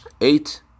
eight